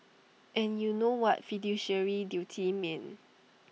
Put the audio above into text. and you know what fiduciary duties mean